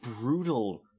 brutal